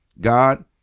God